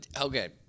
okay